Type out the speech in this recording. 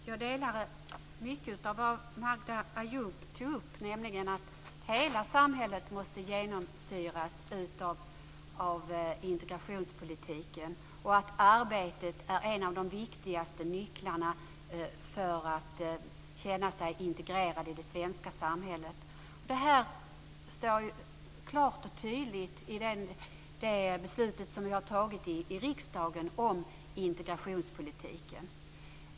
Fru talman! Jag instämmer i mycket av det som Magda Ayoub tog upp, nämligen att hela samhället måste genomsyras av integrationspolitiken och att arbetet är en av de viktigaste nycklarna till att man ska känna sig integrerad i det svenska samhället. Det här står klart och tydligt i det beslut om integrationspolitiken som vi har tagit i riksdagen.